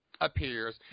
appears